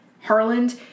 Harland